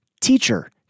Teacher